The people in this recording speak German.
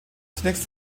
zunächst